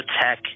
Tech